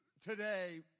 today